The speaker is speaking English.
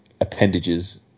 appendages